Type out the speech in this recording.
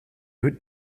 goed